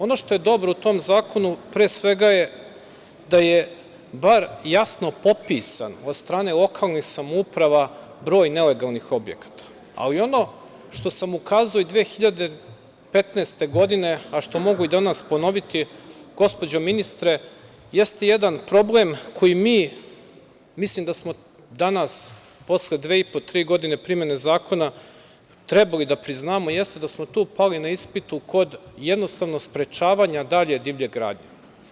Ono što je dobro u tom zakonu pre svega je da je bar jasno potpisan od strane lokalnih samouprava broj nelegalnih objekata, ali ono što sam ukazao i 2015. godine, a što mogu i danas ponoviti, gospođo ministre, jeste jedan problem koji mi mislim da smo danas, posle dve i po, tri godine primene zakona trebali da priznamo, jeste da smo tu pali na ispitu kod sprečavanja dalje divlje gradnje.